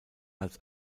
als